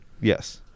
Yes